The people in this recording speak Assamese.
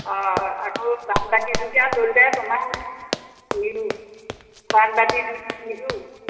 অঁ আকৌ বানবাটি দুটা ল'লে তোমাৰ নিৰু বানবাটিও নিৰু